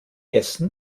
essen